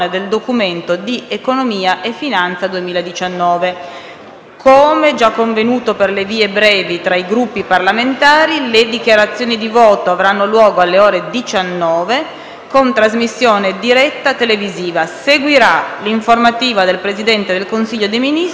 Come già convenuto per le vie brevi tra i Gruppi parlamentari, le dichiarazioni di voto avranno luogo alle ore 19, con trasmissione diretta televisiva. Seguirà l'informativa del Presidente del Consiglio dei ministri sui più recenti sviluppi della situazione in Libia.